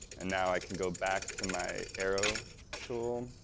and now i can go back to my arrow tool,